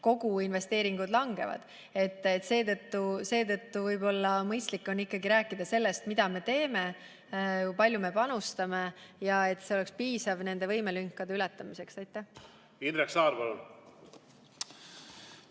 ju investeeringud langevad. Seetõttu on võib-olla mõistlik ikkagi rääkida sellest, mida me teeme, kui palju me panustame ja et see oleks piisav nende võimelünkade ületamiseks. Aitäh! Mina ei jääks